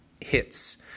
hits